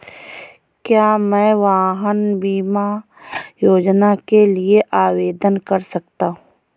क्या मैं वाहन बीमा योजना के लिए आवेदन कर सकता हूँ?